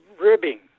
ribbing